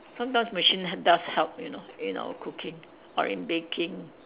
sometimes machine does help you know in our cooking or in baking